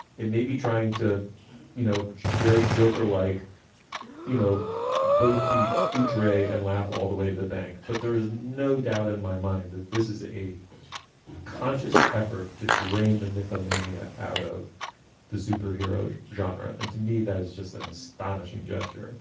it may be trying to you know very joker like you know both be huge ray and laugh all the way to the bank but there is no doubt in my mind that this is a conscious effort to drain the mythic mania out of the superhero genre. and to me that is just an astonishing gesture